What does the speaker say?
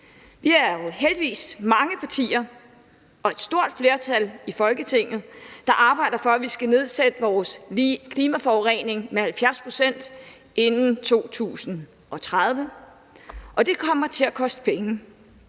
Vi er jo heldigvis mange partier og et stort flertal i Folketinget, der arbejder for, at vi skal nedsætte vores klimaforurening med 70 pct. inden 2030. Det kommer til at koste penge,